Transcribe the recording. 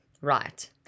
Right